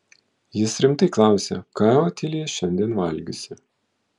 jis rimtai klausia ką otilija šiandien valgiusi